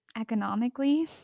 economically